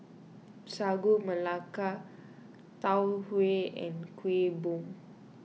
Sagu Melaka Tau Huay and Kueh Bom